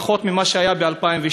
הוא יהיה פחות ממה שהיה ב-2002.